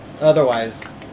otherwise